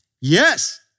Yes